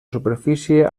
superfície